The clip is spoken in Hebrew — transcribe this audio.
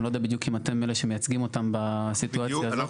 אני לא יודע בדיוק אם אתם אלה שמייצגים אותם בסיטואציה הזאת.